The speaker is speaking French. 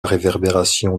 réverbération